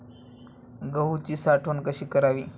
गहूची साठवण कशी करावी?